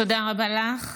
תודה רבה לך.